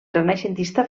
renaixentista